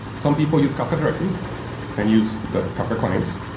some people use kafka directly and use the kafka clients.